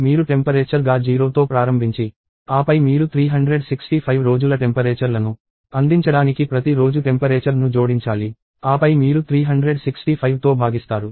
కాబట్టి మీరు టెంపరేచర్ గా 0తో ప్రారంభించి ఆపై మీరు 365 రోజుల టెంపరేచర్ లను అందించడానికి ప్రతి రోజు టెంపరేచర్ ను జోడించాలి ఆపై మీరు 365 తో భాగిస్తారు